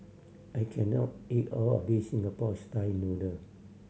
I can not eat all of this Singapore style noodle